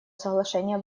соглашения